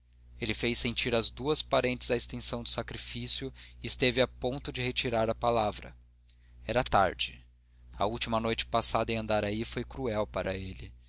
ele fez sentir às duas parentas a extensão do sacrifício e esteve a ponto de retirar a palavra era tarde a última noite passada em andaraí foi cruel para ele